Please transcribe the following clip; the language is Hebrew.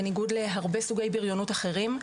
בניגוד להרבה סוגי בריונות אחרים,